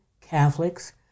Catholics